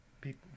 people